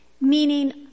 meaning